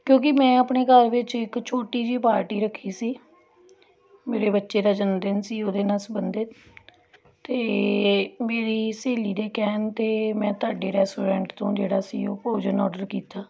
ਕਿਉਂਕਿ ਮੈਂ ਆਪਣੇ ਘਰ ਵਿੱਚ ਇੱਕ ਛੋਟੀ ਜਿਹੀ ਪਾਰਟੀ ਰੱਖੀ ਸੀ ਮੇਰੇ ਬੱਚੇ ਦਾ ਜਨਮਦਿਨ ਸੀ ਉਹਦੇ ਨਾਲ ਸੰਬੰਧਿਤ ਅਤੇ ਮੇਰੀ ਸਹੇਲੀ ਦੇ ਕਹਿਣ 'ਤੇ ਮੈਂ ਤੁਹਾਡੇ ਰੈਸਟੋਰੈਂਟ ਤੋਂ ਜਿਹੜਾ ਸੀ ਉਹ ਭੋਜਨ ਔਡਰ ਕੀਤਾ